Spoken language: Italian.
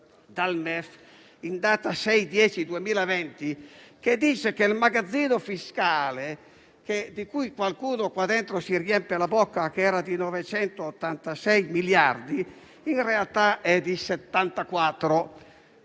dal MEF, in data 6 ottobre 2020, che dice che il magazzino fiscale, del quale qualcuno qui dentro si riempie la bocca, che era di 986 miliardi, in realtà è di 74 miliardi.